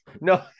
no